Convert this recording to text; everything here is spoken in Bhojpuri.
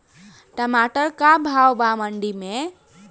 टमाटर का भाव बा मंडी मे?